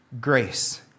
Grace